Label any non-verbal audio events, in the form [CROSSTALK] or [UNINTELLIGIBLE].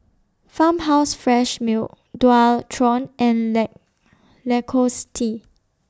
Farmhouse Fresh Milk Dualtron and [UNINTELLIGIBLE] Lacoste